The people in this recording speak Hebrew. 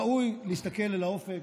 ראוי להסתכל אל האופק,